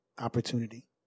opportunity